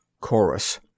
Chorus